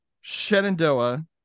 Shenandoah